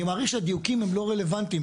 אני מעריך שהדיוקים הם לא רלוונטיים,